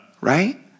Right